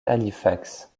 halifax